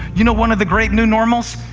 you know one of the great new normals?